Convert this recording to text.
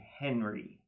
Henry